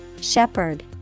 Shepherd